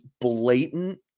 blatant